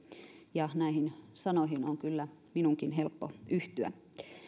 näihin sanoihin on kyllä minunkin helppo yhtyä